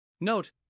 Note